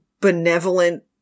benevolent